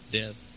death